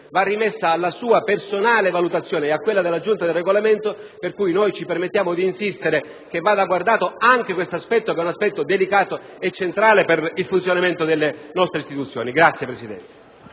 va rimesso alla sua personale valutazione e a quella della Giunta per il Regolamento, per cui noi ci permettiamo di insistere che vada considerato anche questo aspetto, che è delicato e centrale per il funzionamento delle nostre Istituzioni. *(Applausi